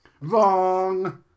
Wrong